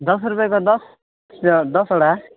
दस रुपियाँको दस त्यो दसवटा